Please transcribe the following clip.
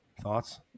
Thoughts